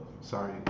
sorry